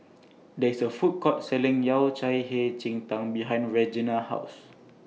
There IS A Food Court Selling Yao Cai Hei Jin Tang behind Regena's House